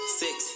six